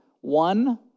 one